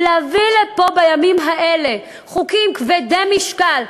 ולהביא לפה בימים האלה חוקים כבדי משקל,